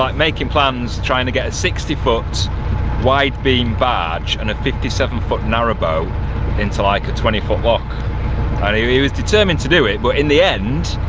um making plans trying to get a sixty foot wide beam badge and a fifty seven foot narrowboat into like a twenty foot lock and he was determined to do it but in the end,